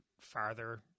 farther